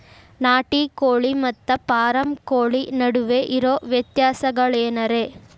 ನಾಟಿ ಕೋಳಿ ಮತ್ತ ಫಾರಂ ಕೋಳಿ ನಡುವೆ ಇರೋ ವ್ಯತ್ಯಾಸಗಳೇನರೇ?